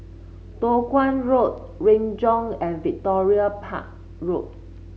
Toh Guan Road Renjong and Victoria Park Road